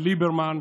ביבי, לא בנימין.